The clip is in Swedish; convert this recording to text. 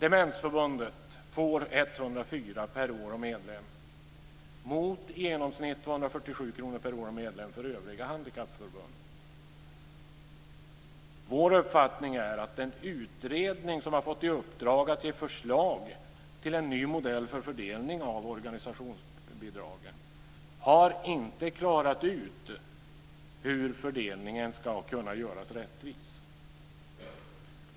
Demensförbundet får 104 kr per år och medlem, mot i genomsnitt 247 kr per år och medlem för övriga handikappförbund. Vår uppfattning är att den utredning som har fått i uppdrag att ge förslag till en ny modell för fördelning av organisationsbidragen inte har klarat ut hur fördelningen ska kunna göras rättvis.